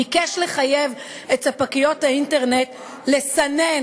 ביקש לחייב את ספקיות האינטרנט לסנן